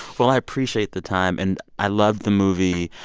well, i appreciate the time. and i loved the movie.